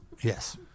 Yes